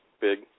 big